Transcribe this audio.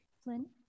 Flynn